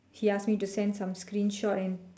he ask me to send some screenshot and